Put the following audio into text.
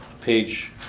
page